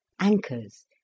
anchors